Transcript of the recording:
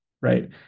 right